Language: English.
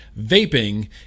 vaping